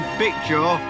picture